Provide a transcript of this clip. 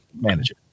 manager